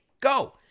Go